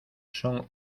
son